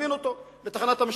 מזמין אותו לתחנת המשטרה.